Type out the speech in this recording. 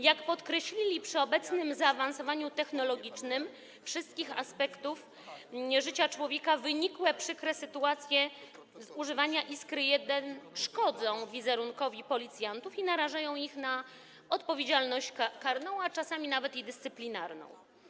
Jak podkreślili, przy obecnym zaawansowaniu technologicznym wszystkich aspektów życia człowieka wynikłe przykre sytuacje z używania Iskry-1 szkodzą wizerunkowi policjantów i narażają ich na odpowiedzialność karną, a czasami nawet dyscyplinarną.